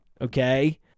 okay